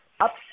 upset